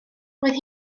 roedd